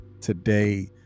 today